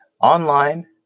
online